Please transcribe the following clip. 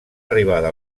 arribada